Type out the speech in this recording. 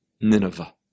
Nineveh